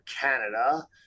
canada